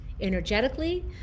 energetically